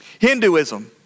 Hinduism